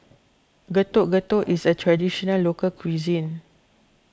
Getuk Getuk is a Traditional Local Cuisine